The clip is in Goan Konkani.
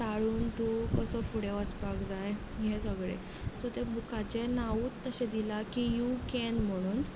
टाळून तूं कसो फुडें वसपाक जाय हें सगळें सो तें बुकाचें नांवूच तशें दिलां की यू कॅन म्हणून